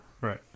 Right